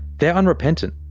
they're unrepentant.